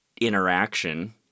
interaction